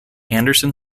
anderson